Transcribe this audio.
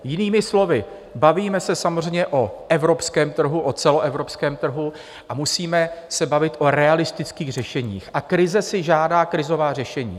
Jinými slovy, bavíme se samozřejmě o evropském trhu, o celoevropském trhu, a musíme se bavit o realistických řešeních a krize si žádá krizová řešení.